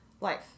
life